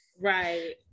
Right